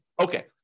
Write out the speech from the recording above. Okay